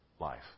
life